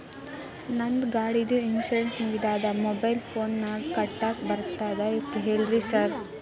ನಂದ್ ಗಾಡಿದು ಇನ್ಶೂರೆನ್ಸ್ ಮುಗಿದದ ಮೊಬೈಲ್ ಫೋನಿನಾಗ್ ಕಟ್ಟಾಕ್ ಬರ್ತದ ಹೇಳ್ರಿ ಸಾರ್?